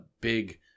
big